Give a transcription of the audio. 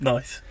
Nice